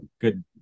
good